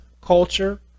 culture